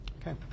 Okay